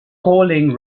calling